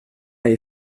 est